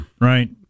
Right